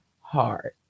hard